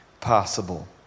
possible